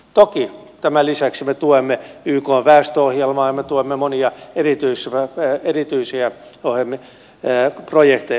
toki tämän lisäksi me tuemme ykn väestöohjelmaa ja tuemme monia erityisiä projekteja